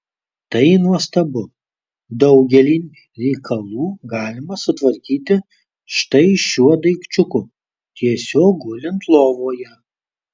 tai nuostabu daugelį reikalų galima sutvarkyti štai šiuo daikčiuku tiesiog gulint lovoje